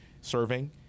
serving